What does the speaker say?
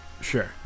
Sure